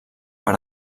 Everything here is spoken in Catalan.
per